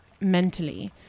mentally